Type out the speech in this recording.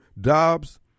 Dobbs